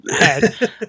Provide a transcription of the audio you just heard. head